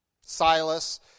Silas